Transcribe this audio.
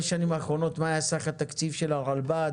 השנים האחרונות מה היה סך התקציב של הרלב"ד?